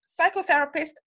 psychotherapist